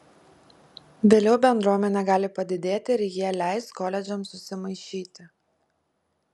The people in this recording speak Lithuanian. vėliau bendruomenė gali padidėti ir jie leis koledžams susimaišyti